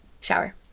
Shower